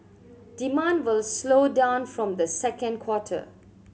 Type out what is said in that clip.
demand will slow down from the second quarter